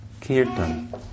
kirtan